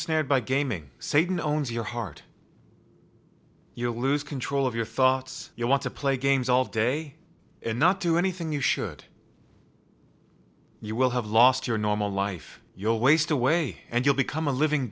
nared by gaming satan owns your heart you'll lose control of your thoughts you want to play games all day and not do anything you should you will have lost your normal life you'll waste away and you'll become a living